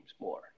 more